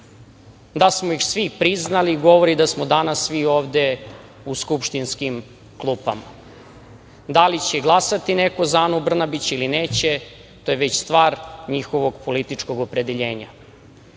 Da smo ih svi priznali govori da smo danas svi ovde u skupštinskim klupama. Da li će glasati neko za Anu Brnabić ili neće, to je već stvar njihovog političkog opredeljenja.